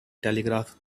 telegraph